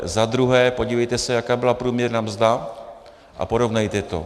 Zadruhé, podívejte se, jaká byla průměrná mzda, a porovnejte to.